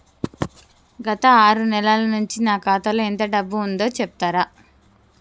గత ఆరు నెలల నుంచి నా ఖాతా లో ఎంత డబ్బు ఉందో చెప్తరా?